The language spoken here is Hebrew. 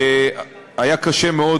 היה קשה מאוד,